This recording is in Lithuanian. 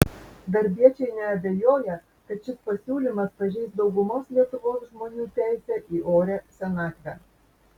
darbiečiai neabejoja kad šis pasiūlymas pažeis daugumos lietuvos žmonių teisę į orią senatvę